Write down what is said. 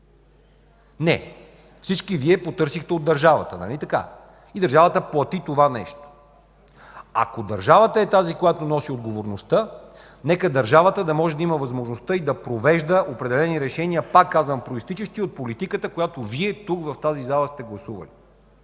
Не. Всички Вие потърсихте от държавата и тя плати това нещо. Ако държавата е тази, която носи отговорността, нека тя да може да има възможността да провежда определени решения, пак казвам, произтичащи от политиката, която Вие тук, в тази зала сте гласували.